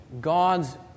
God's